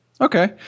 Okay